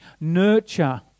nurture